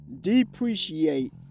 depreciate